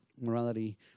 morality